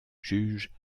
juges